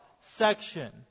section